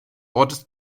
ortes